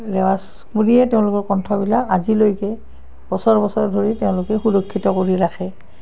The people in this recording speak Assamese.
ৰেৱাজ বুলিয়েই তেওঁলোকৰ কণ্ঠবিলাক আজিলৈকে বছৰ বছৰ ধৰি তেওঁলোকে সুৰক্ষিত কৰি ৰাখে